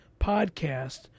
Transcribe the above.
podcast